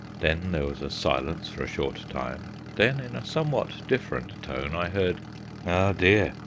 then there was a silence for a short time, then in a somewhat different tone i heard ah dear!